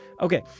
Okay